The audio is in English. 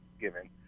given